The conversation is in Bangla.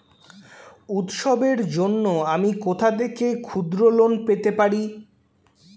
উৎসবের জন্য আমি কোথা থেকে ক্ষুদ্র লোন পেতে পারি?